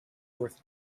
worth